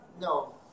No